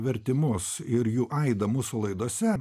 vertimus ir jų aidą mūsų laidose